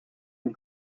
and